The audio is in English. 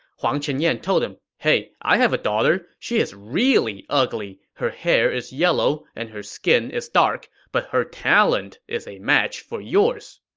huang chenyan told him, hey, i have a daughter. she is really ugly. her hair is yellow and her skin is dark, but her talent is a match for yours.